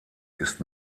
ist